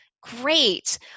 Great